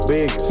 Big